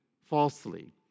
falsely